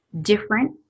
different